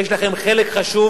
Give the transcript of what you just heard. יש לכם חלק חשוב